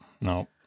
no